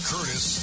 Curtis